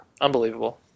unbelievable